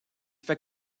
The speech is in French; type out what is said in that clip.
fait